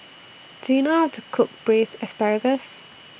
Do YOU know How to Cook Braised Asparagus